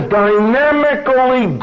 dynamically